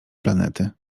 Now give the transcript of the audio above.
planety